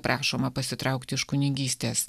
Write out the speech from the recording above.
prašoma pasitraukti iš kunigystės